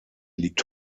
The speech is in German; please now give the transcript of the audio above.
liegt